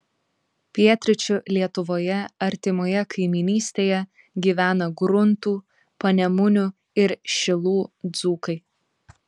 pietryčių lietuvoje artimoje kaimynystėje gyvena gruntų panemunių ir šilų dzūkai